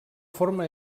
forma